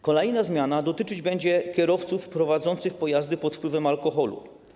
Kolejna zmiana dotyczyć będzie kierowców prowadzących pojazdy pod wpływem alkoholu.